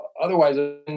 otherwise